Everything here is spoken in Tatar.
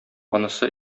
анысы